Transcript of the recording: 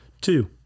Two